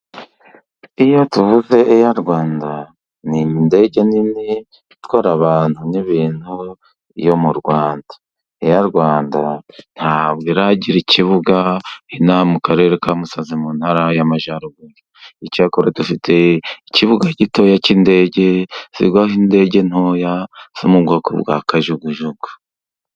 Iyo tuvuze eya Rwanda, n'indege nini itwara abantu n'ibintu yo mu Rwanda, eya Rwanda ntabwo iragira ikibuga inaha mu Karere ka Musanze mu ntara y'Amajyaruguru, icyakora dufite ikibuga gitoya cy'indege kigwaho indege ntoya zo mu bwoko bwa kajugujugu.